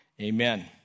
Amen